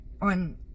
on